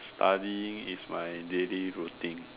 studying is my daily routine